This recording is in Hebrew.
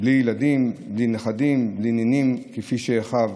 בלי ילדים, בלי נכדים, בלי נינים כפי שאחיו.